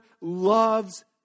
loves